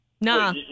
Nah